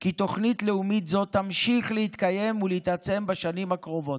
כי תוכנית לאומית זו תמשיך להתקיים ולהתעצם בשנים הקרובות,